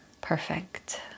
perfect